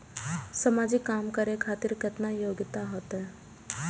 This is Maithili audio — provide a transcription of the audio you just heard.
समाजिक काम करें खातिर केतना योग्यता होते?